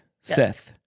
Seth